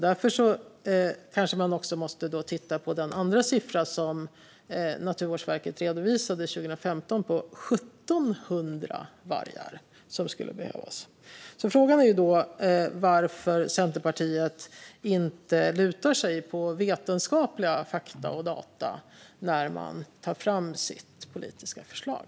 Därför kanske man också måste titta på den andra siffra som Naturvårdsverket redovisade 2015, nämligen att det är 1 700 vargar som skulle behövas. Frågan är varför Centerpartiet inte lutar sig mot vetenskapliga fakta och data när man tar fram sitt politiska förslag.